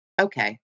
okay